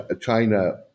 China